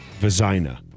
Vizina